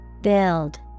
Build